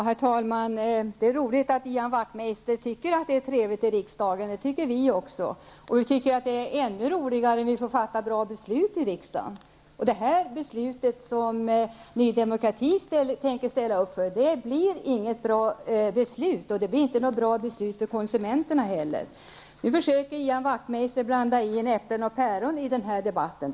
Herr talman! Det är roligt att Ian Wachtmeister tycker att det är trevligt i riksdagen. Det tycker vi andra också. Och vi tycker att det är ännu roligare om vi får fatta bra beslut i riksdagen. Det beslut som Ny Demokrati tänker ställa upp för blir inget bra beslut. Det blir inget bra beslut för konsumenterna heller. Nu försöker Ian Wachtmeister blanda in äpplen och päron i debatten.